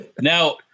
now